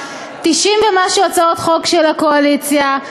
90 ומשהו הצעות חוק של הקואליציה,